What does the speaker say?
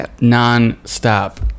Non-stop